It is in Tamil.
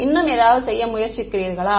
இன்னும் ஏதாவது செய்ய முயற்சிக்கிறீர்களா